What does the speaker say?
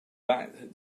back